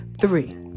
three